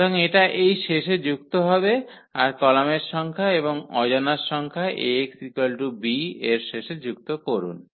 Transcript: সুতরাং এটা এই শেষে যুক্ত হবে আর কলামের সংখ্যা এবং অজানার সংখ্যা Axb এর শেষে যুক্ত করুন